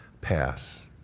pass